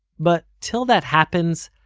but, till that happens,